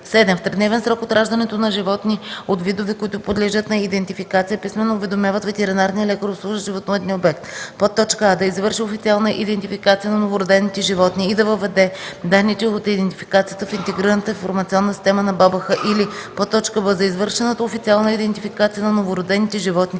7. в тридневен срок от раждането на животни от видове, които подлежат на идентификация, писмено уведомяват ветеринарния лекар, обслужващ животновъдния обект: а) да извърши официална идентификация на новородените животни и да въведе данните от идентификацията в Интегрираната информационна система на БАБХ, или б) за извършената официална идентификация на новородените животни